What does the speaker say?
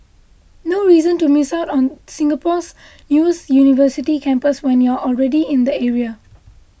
no reason to miss out on Singapore's newest university campus when you're already in the area